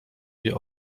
wie